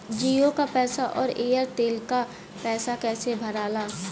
जीओ का पैसा और एयर तेलका पैसा कैसे भराला?